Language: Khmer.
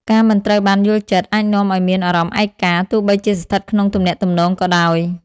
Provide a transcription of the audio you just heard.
ការមិនត្រូវបានយល់ចិត្ត អាចនាំឲ្យមានអារម្មណ៍ឯកា ទោះបីជាស្ថិតក្នុងទំនាក់ទំនងក៏ដោយ។